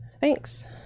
Thanks